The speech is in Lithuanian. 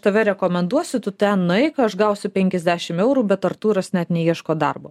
tave rekomenduosiu tu ten nueik aš gausiu penkiasdešim eurų bet artūras net neieško darbo